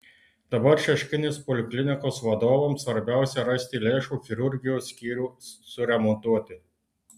dabar šeškinės poliklinikos vadovams svarbiausia rasti lėšų chirurgijos skyrių suremontuoti